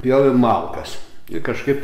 pjovėm malkas ir kažkaip